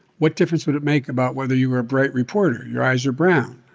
what difference would it make about whether you were a bright reporter? your eyes are brown.